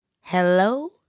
hello